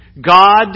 God